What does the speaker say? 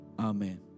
Amen